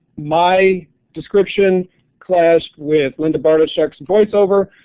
my description clashed with linda bartoshuck's voice over,